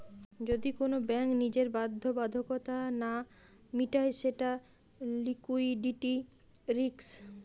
যদি কোন ব্যাঙ্ক নিজের বাধ্যবাধকতা না মিটায় সেটা লিকুইডিটি রিস্ক